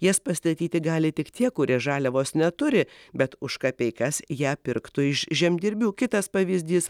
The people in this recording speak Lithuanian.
jas pastatyti gali tik tie kurie žaliavos neturi bet už kapeikas ją pirktų iš žemdirbių kitas pavyzdys